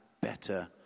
better